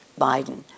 Biden